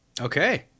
Okay